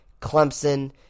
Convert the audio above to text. Clemson